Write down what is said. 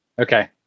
Okay